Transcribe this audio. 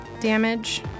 damage